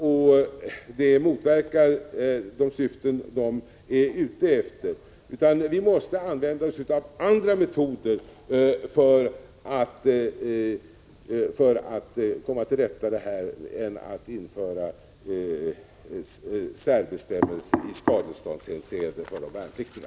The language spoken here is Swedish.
Deras förslag motverkar de syften de har. Vi måste använda oss av andra metoder för att komma till rätta med de här materielförlusterna än att införa särbestämmelser i skadeståndshänseende för de värnpliktiga.